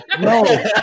no